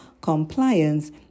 compliance